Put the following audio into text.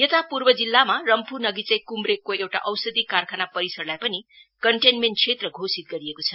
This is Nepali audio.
यता पूर्व जिल्लामा पनि रम्फ्नजीकै क्मरेकको एउटा औषधि कारखाना परिसरलाई पनि कन्टेन्मेण्ट क्षेत्र घोषित गरिएको छ